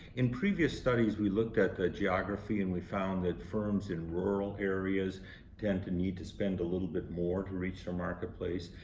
in previous studies we looked at the geography and we found that firms in rural areas tend to need to spend a little bit more to reach the so marketplace.